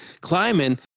climbing